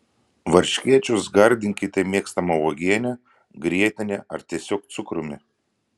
varškėčius gardinkite mėgstama uogiene grietine ar tiesiog cukrumi